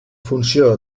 funció